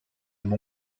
mon